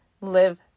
live